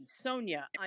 Sonia